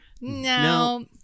No